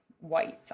white